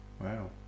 Wow